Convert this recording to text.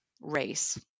race